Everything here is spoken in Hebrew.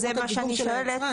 זה מה שאני שואלת.